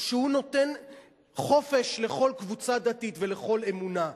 שנותן חופש לכל קבוצה דתית ולכל אמונה.